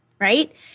right